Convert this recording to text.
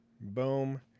Boom